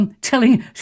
telling